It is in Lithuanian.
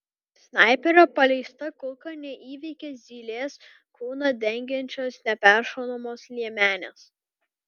snaiperio paleista kulka neįveikia zylės kūną dengiančios neperšaunamos liemenės